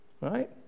right